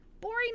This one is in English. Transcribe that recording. boring